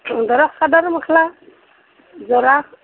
ধৰক চাদৰ মেখেলা যোৰা